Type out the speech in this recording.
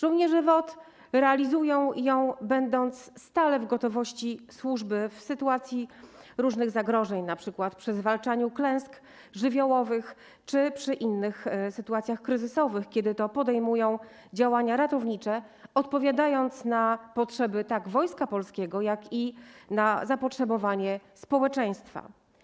Żołnierze WOT realizują ją, będąc stale w gotowości do służby w sytuacji różnych zagrożeń, np. przy zwalczaniu klęsk żywiołowych czy przy innych sytuacjach kryzysowych, kiedy to podejmują działania ratownicze, odpowiadając na potrzeby tak Wojska Polskiego, jak i na zapotrzebowanie społeczeństwa.